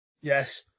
Yes